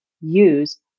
use